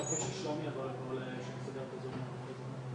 להזכיר שצעירות בנות 20-44,